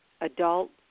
adult